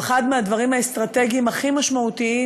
הוא אחד הדברים האסטרטגיים הכי משמעותיים